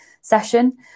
session